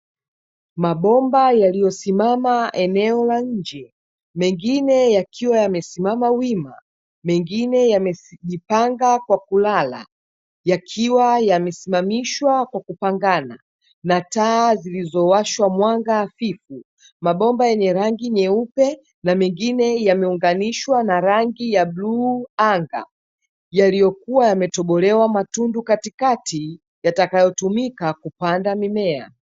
Mabomba yaliyosimama eneo la nje, mengine yakiwa yamesimama, mengine yamejipanga kwa kulala yakiwa yamesimamishwa kwa kupangana; na taa zilizowashwa mwanga hafifu. Mabomba yenye rangi nyeupe na mengine yameunganishwa na rangi ya bluu anga, yaliyokuwa yametobolewa matundu katikati yatakayotumika kupanda mimea.